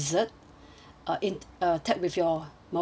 uh in uh tagged with your mobile number